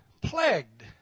plagued